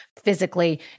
physically